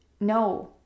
No